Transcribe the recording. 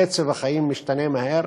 קצב החיים משתנה מהר,